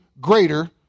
greater